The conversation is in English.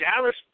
Dallas